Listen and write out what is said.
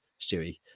Stewie